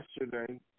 yesterday